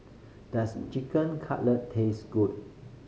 does Chicken Cutlet taste good